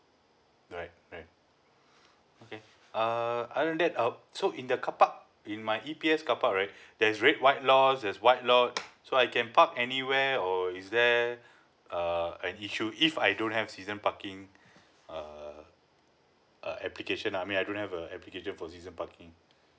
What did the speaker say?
alright alright okay err other than that um so in the car park in my E_P_S car park right there is red white lots there's white lot so I can park anywhere or is there err an issue if I don't have season parking err uh application I mean I don't have a application for season parking